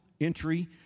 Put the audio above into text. entry